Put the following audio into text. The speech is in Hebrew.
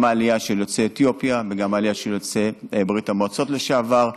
גם העלייה של יוצאי אתיופיה וגם העלייה של יוצאי ברית המועצות לשעבר.